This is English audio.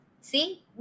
see